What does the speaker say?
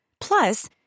Plus